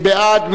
מי בעד?